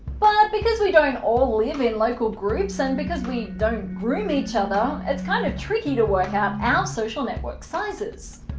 but, because we don't all live in local groups, and because we don't groom each other, it's kind of tricky to work out our social network sizes.